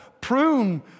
prune